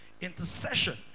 Intercession